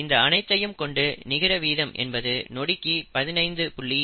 இந்த அனைத்தையும் கொண்டு நிகர வீதம் என்பது நொடிக்கு 15